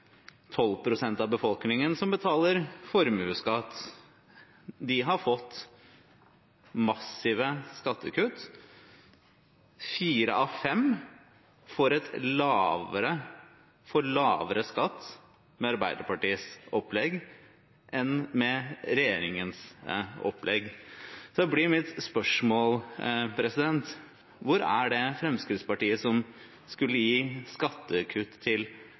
pst. av befolkningen som betaler formuesskatt – de har fått massive skattekutt. Fire av fem får lavere skatt med Arbeiderpartiets opplegg enn med regjeringens opplegg. Da blir mitt spørsmål: Hvor er det Fremskrittspartiet som skulle gi skattekutt til